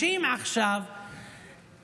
בתוכם יש עכשיו כעס,